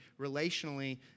relationally